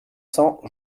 cents